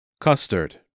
Custard